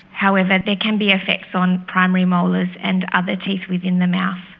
however, there can be effects on primary molars and other teeth within the mouth.